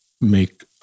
make